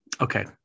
okay